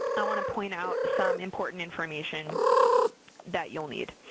i want to point out some important information that you'll need.